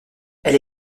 elle